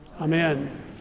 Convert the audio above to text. amen